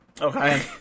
Okay